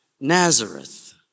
Nazareth